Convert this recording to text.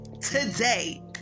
Today